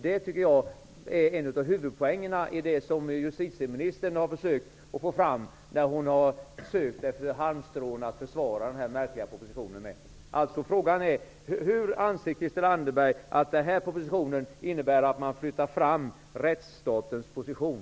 Det tycker jag är huvudpoängen i det som justitieministern har försökt att få fram när hon har letat efter halmstrån för att besvara propositionen. Hur anser alltså Christel Anderberg att propositionen innebär att man flyttar fram rättsstatens position?